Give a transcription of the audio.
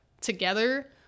together